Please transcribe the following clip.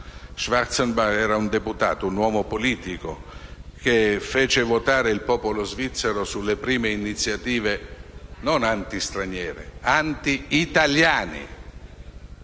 Schwarzenbach. Egli era un deputato, un uomo politico che fece votare il popolo svizzero sulle prime iniziative non antistraniere, ma antitaliane